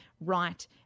right